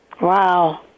Wow